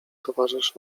towarzysz